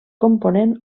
component